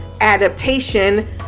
adaptation